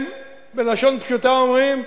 הם בלשון פשוטה אומרים: